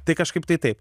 tai kažkaip tai taip